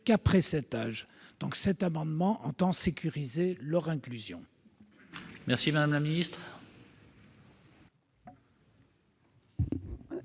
qu'après cet âge. Par cet amendement, nous entendons sécuriser leur inclusion.